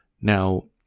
Now